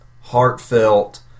heartfelt